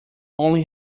only